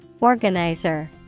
Organizer